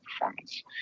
performance